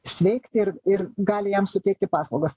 sveikti ir ir gali jam suteikti paslaugas